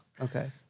okay